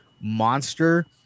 monster